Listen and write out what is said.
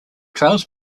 trails